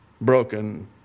broken